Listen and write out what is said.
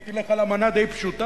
היא תלך על אמנה די פשוטה,